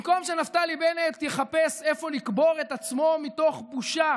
במקום שנפתלי בנט יחפש איפה לקבור את עצמו מתוך בושה